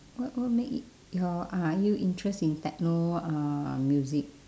what what make y~ your are you interest in techno uh music